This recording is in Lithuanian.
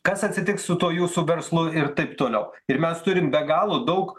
kas atsitiks su tuo jūsų verslu ir taip toliau ir mes turim be galo daug